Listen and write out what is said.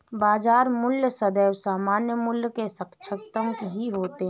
बाजार मूल्य सदैव सामान्य मूल्य के समकक्ष ही होता है